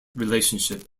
relationship